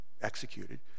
executed